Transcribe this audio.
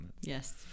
Yes